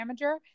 damager